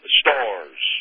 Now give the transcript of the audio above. stores